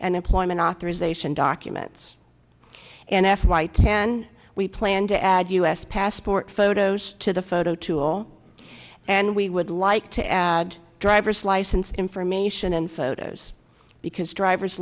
and employment authorization documents an f y ten we plan to add u s passport photos to the photo tool and we would like to add a driver's license information and photos because driver's